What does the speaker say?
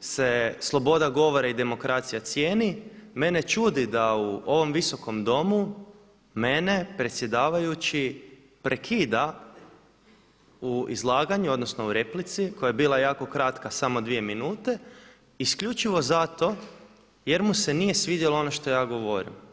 se sloboda govora i demokracija cijeni, mene čudi da u ovom Visokom domu, mene predsjedavajući prekida u izlaganju odnosno u replici koja je bila jako kratka, samo dvije minute, isključivo zato jer mu se nije svidjelo ono što ja govorim.